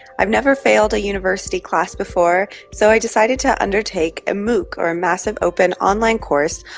i've never failed a university class before, so i decided to undertake a mooc, or a massive open online course,